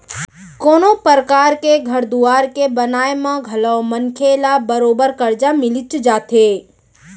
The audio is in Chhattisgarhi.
कोनों परकार के घर दुवार के बनाए म घलौ मनखे ल बरोबर करजा मिलिच जाथे